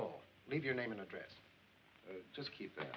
all leave your name and address just keep